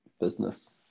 business